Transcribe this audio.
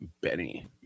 Benny